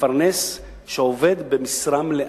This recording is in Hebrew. מפרנס שעובד במשרה מלאה.